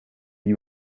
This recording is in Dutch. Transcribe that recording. die